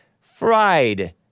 Fried